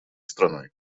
страной